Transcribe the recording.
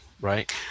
right